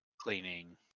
cleaning